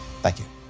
thank you.